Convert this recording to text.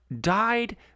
died